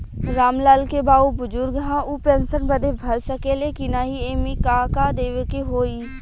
राम लाल के बाऊ बुजुर्ग ह ऊ पेंशन बदे भर सके ले की नाही एमे का का देवे के होई?